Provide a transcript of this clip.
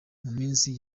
minsi